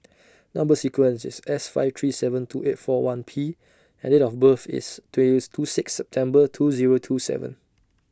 Number sequence IS S five three seven two eight four one P and Date of birth IS twentieth two six September two Zero two seven